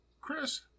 Chris